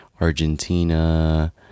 Argentina